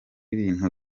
ibintu